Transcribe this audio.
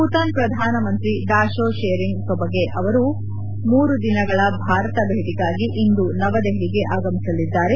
ಭೂತಾನ್ ಪ್ರಧಾನಮಂತ್ರಿ ದಾಶೋ ಶೆರಿಂಗ್ ತೊಬಗೆ ಅವರು ಮೂರು ದಿನಗಳ ಭಾರತ ಭೇಟಿಗಾಗಿ ಇಂದು ನವದೆಹಲಿಗೆ ಆಗಮಿಸಲಿದ್ದಾರೆ